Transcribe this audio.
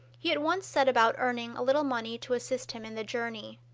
he at once set about earning a little money to assist him in the journey.